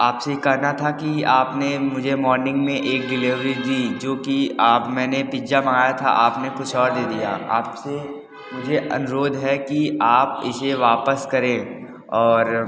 आपसे कहना था कि आपने मुझे मॉर्निंग में एक डिलेवरी दी जो कि आप मैंने पिज्जा मंगाया था आपने कुछ और दे दिया आपसे मुझे अनुरोध है कि आप इसे वापस करें और